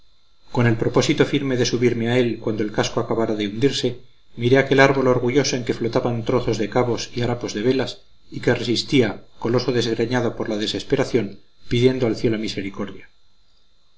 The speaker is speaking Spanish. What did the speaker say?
con el propósito firme de subirme a él cuando el casco acabara de hundirse miré aquel árbol orgulloso en que flotaban trozos de cabos y harapos de velas y que resistía coloso desgreñado por la desesperación pidiendo al cielo misericordia